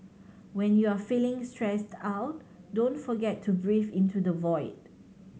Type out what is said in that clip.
when you are feeling stressed out don't forget to breathe into the void